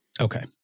Okay